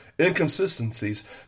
inconsistencies